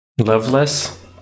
Loveless